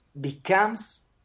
becomes